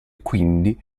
quindi